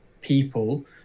people